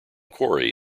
quarry